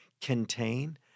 contain